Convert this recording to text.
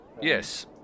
Yes